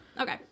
okay